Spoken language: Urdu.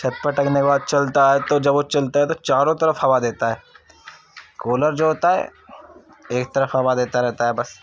چھت پر ٹنگنے کے بعد چلتا ہے تو جب وہ چلتا ہے تو چاروں طرف ہوا دیتا ہے کولر جو ہوتا ہے ایک طرف ہوا دیتا رہتا ہے بس